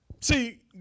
See